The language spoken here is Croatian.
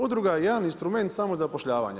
Udruga je jedan instrument samozapošljavanja.